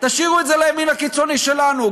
תשאירו את זה לימין הקיצוני שלנו,